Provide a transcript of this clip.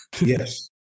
Yes